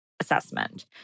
assessment